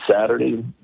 Saturday